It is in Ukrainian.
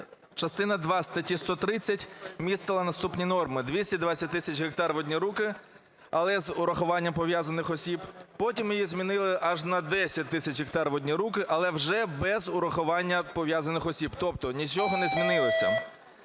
частина друга статті 130 містила наступні норми: "220 тисяч гектарів в одні руки, але з урахуванням пов'язаних осіб". Потім її змінили аж на 10 тисяч гектарів в одні руки, але вже без урахування пов'язаних осіб. Тобто нічого не змінилося.